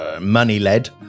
money-led